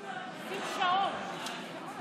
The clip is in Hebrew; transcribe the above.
ויש שני אלמנטים